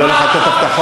לא הולך לתת הבטחות,